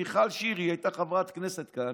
מיכל שיר הייתה חברת כנסת כאן,